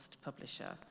publisher